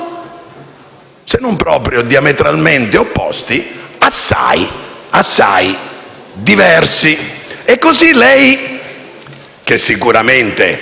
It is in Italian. se non proprio diametralmente opposte, assai diverse. E così lei, che sicuramente